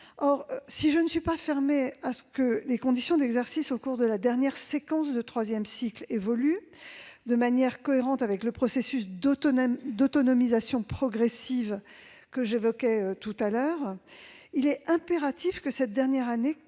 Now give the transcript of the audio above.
Si je ne suis pas fermée à ce que les conditions d'exercice au cours de la dernière séquence de troisième cycle évoluent, de manière cohérente avec le processus d'autonomisation progressive que j'évoquais, il est impératif que cette dernière année